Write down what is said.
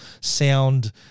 sound